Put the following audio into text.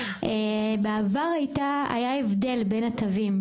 בעבר היה הבדל בין התווים,